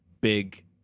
big